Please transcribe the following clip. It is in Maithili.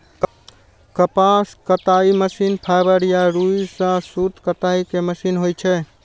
कपास कताइ मशीन फाइबर या रुइ सं सूत कताइ के मशीन होइ छै